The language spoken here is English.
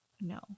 no